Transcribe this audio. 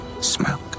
smoke